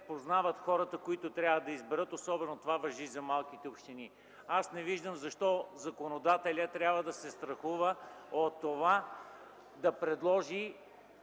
познават тези, които трябва да изберат. Това важи особено за малките общини. Аз не виждам защо законодателят трябва да се страхува от това да предложи